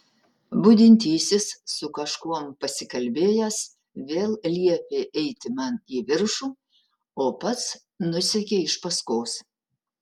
budintysis su kažkuom pasikalbėjęs vėl liepė eiti man į viršų o pats nusekė iš paskos